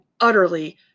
utterly